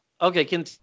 Okay